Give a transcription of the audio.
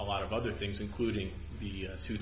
a lot of other things including the